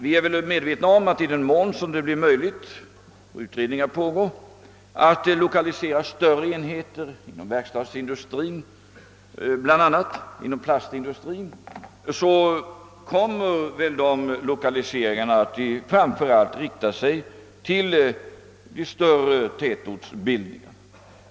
Vi är väl medvetna om att i den mån det blir möjligt — och utredningar pågår — att lokalisera större enheter inom exempelvis verkstadsindustrin och plastindustrin, så kommer lokaliseringarna framför allt att rikta sig till de större tätortsbildningarna.